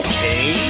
Okay